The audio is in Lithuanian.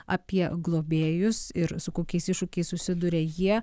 apie globėjus ir su kokiais iššūkiais susiduria jie